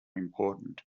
important